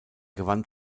gewann